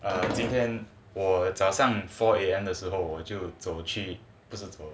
err 今天我早上 four A_M 的时候我就走去不是走